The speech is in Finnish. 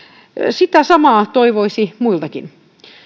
sitä samaa toivoisi muiltakin